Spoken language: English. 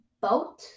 boat